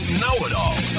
know-it-all